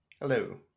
Hello